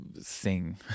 sing